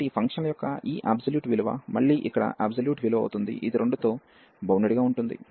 కాబట్టి ఈ ఫంక్షన్ల యొక్క ఈ అబ్సొల్యూట్ విలువ మళ్ళీ ఇక్కడ అబ్సొల్యూట్ విలువ అవుతుంది ఇది 2 తో బౌండెడ్ గా ఉంటుంది